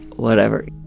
whatever.